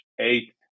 eight